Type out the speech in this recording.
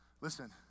Listen